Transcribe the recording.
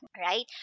right